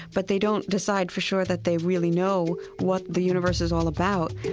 but they don't decide for sure that they really know what the universe is all about.